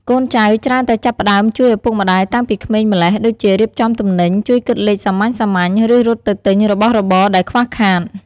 កូនចៅច្រើនតែចាប់ផ្តើមជួយឪពុកម្តាយតាំងពីក្មេងម្ល៉េះ ដូចជារៀបចំទំនិញ ជួយគិតលេខសាមញ្ញៗ ឬរត់ទៅទិញរបស់របរដែលខ្វះខាត។